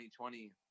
2020